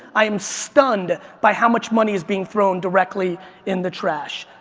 i am stunned by how much money is being thrown directly in the trash.